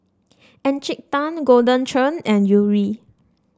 Encik Tan Golden Churn and Yuri